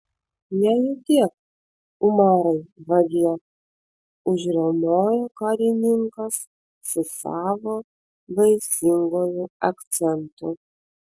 nejudėk umarai vagie užriaumojo karininkas su savo baisinguoju akcentu